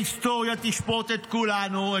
ההיסטוריה תשפוט את כולנו,